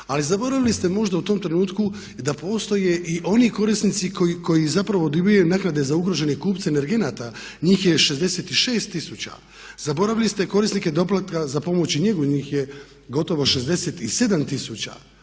Ali zaboravili ste možda u tom trenutku i da postoje i oni korisnici koji zapravo dobivaju naknade za ugrožene kupce energenata, njih je 66 tisuća, zaboravili ste korisnike doplatka za pomoć i njegu njih je gotovo 67 tisuća,